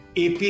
AP